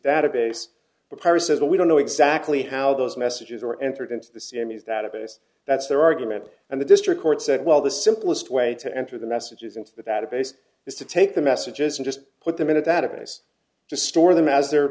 that we don't know exactly how those messages are entered into this is that a base that's their argument and the district court said well the simplest way to enter the messages into the database is to take the messages or just put them in a database to store them as they're